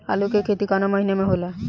आलू के खेती कवना महीना में होला?